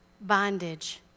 bondage